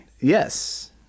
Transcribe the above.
Yes